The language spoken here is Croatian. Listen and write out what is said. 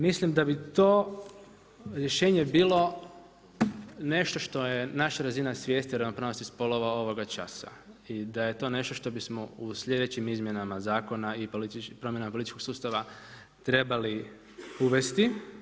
Mislim da bi to rješenje bilo nešto što je naša razina svijesti o ravnopravnosti spolova ovoga časa i da je to nešto što bismo u sljedećim izmjenama zakona i političkog sustava trebali uvesti.